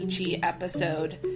episode